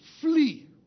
flee